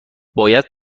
باید